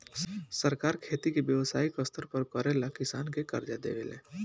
सरकार खेती के व्यवसायिक स्तर पर करेला किसान के कर्जा देवे ले